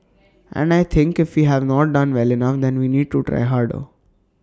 and I think if we have not done well enough then we need to try harder